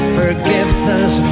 forgiveness